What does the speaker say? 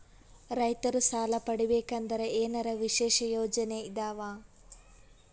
ರೈತರು ಸಾಲ ಪಡಿಬೇಕಂದರ ಏನರ ವಿಶೇಷ ಯೋಜನೆ ಇದಾವ?